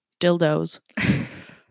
dildos